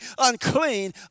unclean